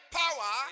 power